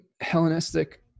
Hellenistic